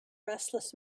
restless